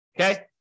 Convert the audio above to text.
Okay